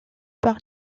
par